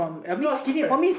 not fair